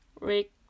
rick